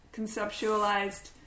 conceptualized